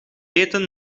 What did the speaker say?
eten